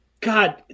god